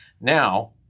Now